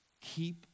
Keep